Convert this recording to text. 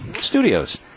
studios